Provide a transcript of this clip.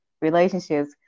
relationships